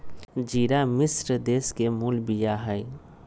ज़िरा मिश्र देश के मूल बिया हइ